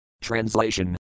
Translation